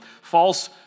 false